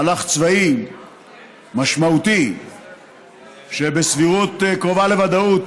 מהלך צבאי משמעותי שבסבירות שקרובה לוודאות